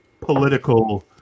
political